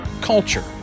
culture